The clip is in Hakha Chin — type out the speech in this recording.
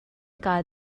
kaa